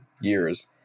years